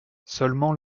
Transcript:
seulement